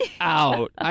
out